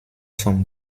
vom